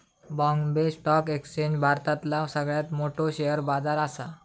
Bombay stock exchange भारतातला सगळ्यात मोठो शेअर बाजार असा